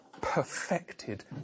perfected